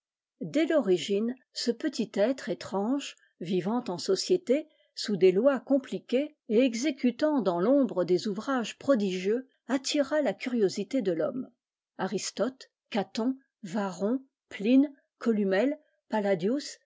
dès l'origine ce petit être étrange vivant en société sous des lois compliquées et exécutant dans l'ombre des ouvrages prodigieux attira la curiosité de l'tiomme aristote gatouy varron pline couumelle